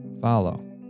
follow